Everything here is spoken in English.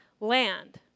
land